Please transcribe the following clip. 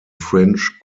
french